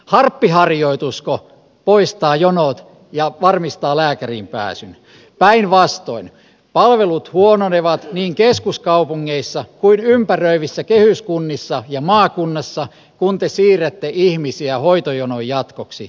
arabiharjoitusko poistaa jonot ja varmista lääkäriin pääsyn päinvastoin palvelut huononevat niin keskus kaupungeissa kuin ympäröivissä kehyskunnissa ja maakunnassa kun pesi herättää ihmisiä hoitojonon jatkoksi